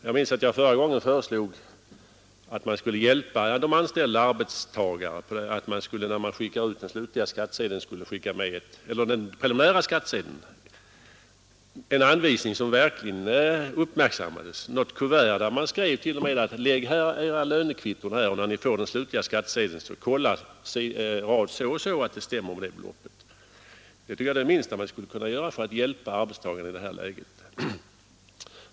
Jag minns att jag förra gången föreslog att man skulle hjälpa de anställda arbetstagarna genom att när man skickar ut den preliminära skattsedeln bifoga en anvisning som verkligen uppmärksammas, t.ex. ett kuvert med följande text: Lägg era lönekvitton här och kontrollera när ni får den slutliga skattsedeln att summan av erlagd preliminär skatt stämmer med kvittona. Jag tycker att det är det minsta man skulle kunna göra för att hjälpa arbetstagarna i det här läget.